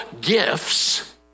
gifts